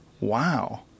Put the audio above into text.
Wow